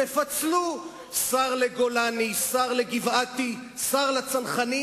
תפצלו, שר לגולני, שר לגבעתי, שר לצנחנים.